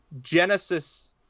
Genesis